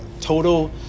total